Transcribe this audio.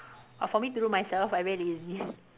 but for me to do myself I very lazy